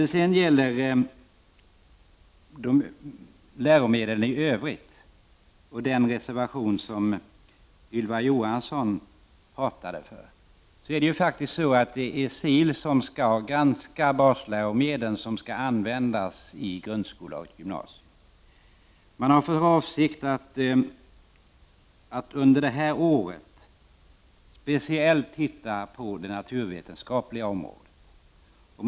När det gäller läromedlen i övrigt och den reservation som Ylva Johansson talar för, är det faktiskt så att SIL skall granska vilka läromedel som skall användas i grundskolan och gymnasieskolan. Under det här året har man för avsikt att särskilt titta på det naturvetenskapliga området.